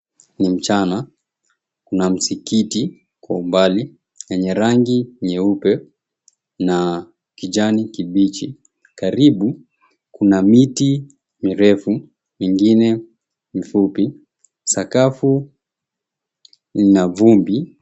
Ni mchana. Kuna msikiti kwa umbali yenye rangi nyeupe na kijani kibichi. Karibu, kuna miti mirefu, mingine mifupi. Sakafu ina vumbi.